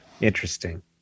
interesting